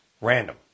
Random